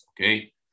Okay